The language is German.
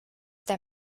der